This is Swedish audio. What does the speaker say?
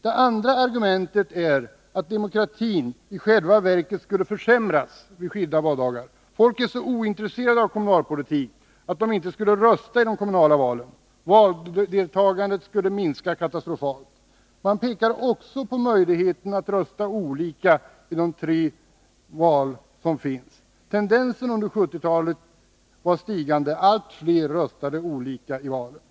Det andra argumentet är att demokratin i själva verket skulle försämras vid skilda valdagar; människor är så ointresserade av kommunalpolitik att de inte skulle rösta i de kommunala valen, och valdeltagandet skulle minska katastrofalt. Man pekar också på den möjligheten att rösta olika i de tre olika valen som redan finns. Tendensen under 1970-talet har varit att allt fler röstat olika i de olika valen.